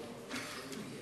בבקשה.